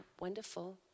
wonderful